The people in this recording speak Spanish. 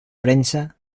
prensa